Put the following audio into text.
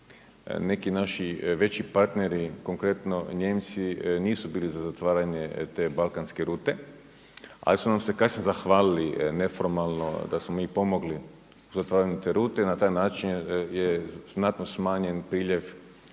Neki naši veći partneri konkretno Nijemci nisu bili za zatvaranje te balkanske rute, ali su nam se kasnije zahvalili neformalno da smo mi pomogli u zatvaranju te rute i na taj način je znatno smanjen priljev